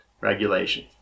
regulation